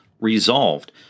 Resolved